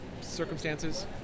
Circumstances